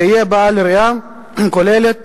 שיהיה בעל ראייה כוללת